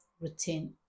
routine